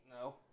No